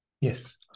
Yes